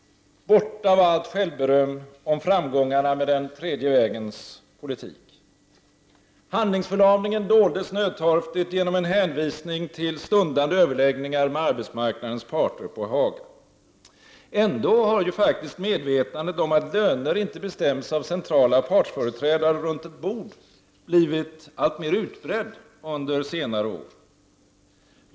Borta var allt självberöm om framgångarna med den tredje vägens politik. Handlingsförlamningen doldes nödtorftigt genom en hänvisning till stundande överläggningar med arbetsmarknadens parter på Haga. Ändå har ju faktiskt medvetandet om att löner inte bestäms av centrala partsföreträdare runt ett bord blivit alltmer utbrett under senare år.